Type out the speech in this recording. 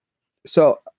so,